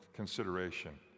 consideration